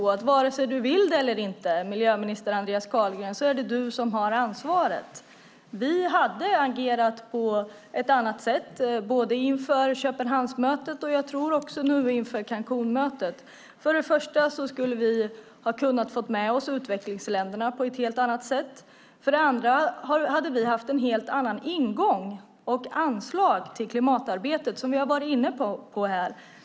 Vare sig du vill det eller inte, miljöminister Andreas Carlgren, är det du som har ansvaret. Vi hade agerat på ett annat sätt, både inför Köpenhamnsmötet och, tror jag, nu också inför Cancúnmötet. För det första skulle vi ha kunnat få med oss utvecklingsländerna på ett helt annat sätt. För det andra hade vi haft en helt annan ingång till och ett annat anslag i klimatarbetet, som vi har varit inne på här.